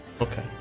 Okay